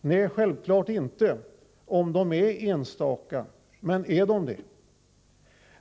Nej, självfallet inte, om de är enstaka. Men är de det?